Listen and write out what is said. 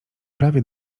prawie